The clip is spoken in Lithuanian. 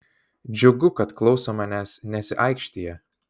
džiugu kad klauso manęs nesiaikštija